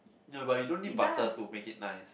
no but you don't need butter to make it nice